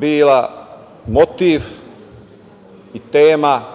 bila motiv i tema